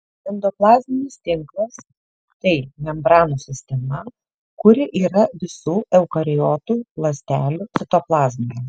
endoplazminis tinklas tai membranų sistema kuri yra visų eukariotų ląstelių citoplazmoje